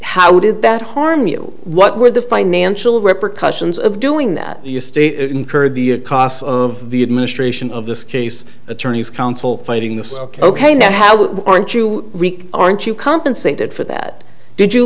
how did that harm you what were the financial repercussions of doing that you state incurred the costs of the administration of this case attorney's counsel fighting the ok now how aren't you rick aren't you compensated for that did you